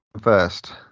first